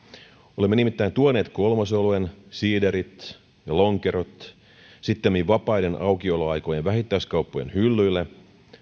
olemme nimittäin tuoneet kolmosoluen siiderit ja lonkerot sittemmin vapaiden aukioloaikojen vähittäiskauppojen hyllyille